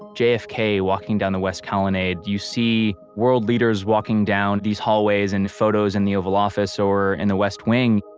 jfk walking down the west colonnade. you see world leaders walking down these hallways in photos in the oval office or in the west wing.